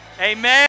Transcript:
amen